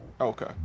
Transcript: Okay